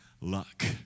luck